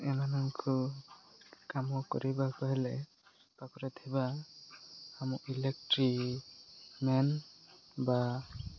ଏମାନଙ୍କୁ କାମ କରିବାକୁ ହେଲେ ପାଖରେ ଥିବା ଆମ ଇଲେକ୍ଟ୍ରି ମେନ୍ ବା